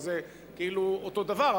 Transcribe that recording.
אז זה כאילו אותו דבר,